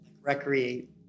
recreate